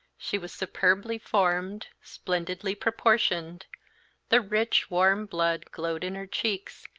she was superbly formed, splendidly proportioned the rich, warm blood glowed in her cheeks,